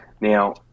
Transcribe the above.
Now